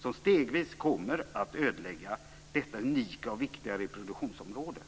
som stegvis skulle ödelägga detta unika och viktiga reproduktionsområde.